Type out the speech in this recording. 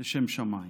לשם שמיים.